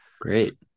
great